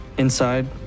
Inside